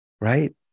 right